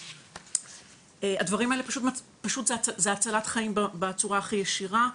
הדברים הם פשוט הצלת חיים בצורה הכי ישירה.